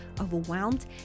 overwhelmed